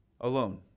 alone